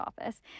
office